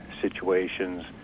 situations